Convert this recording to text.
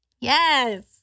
Yes